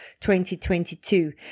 2022